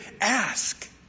Ask